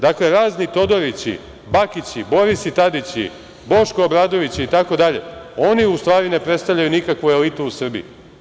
Dakle, razni Todorići, Bakići, Borisi Tadići, Boško Obradovići itd, oni u stvari ne predstavljaju nikakvu elitu u Srbiji.